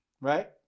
Right